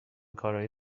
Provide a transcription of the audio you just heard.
کارای